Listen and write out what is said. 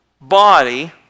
body